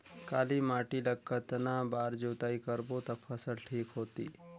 काली माटी ला कतना बार जुताई करबो ता फसल ठीक होती?